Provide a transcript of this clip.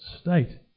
state